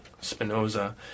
Spinoza